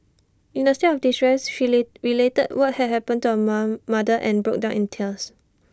in her state of distress she late related what had happened to her mom mother and broke down in tears